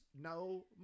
no